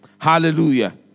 Hallelujah